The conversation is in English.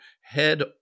head